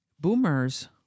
boomers